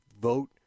vote